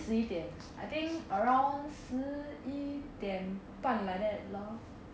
不是十一点 I think around 十一点半 like then ban like that lor